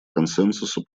консенсусу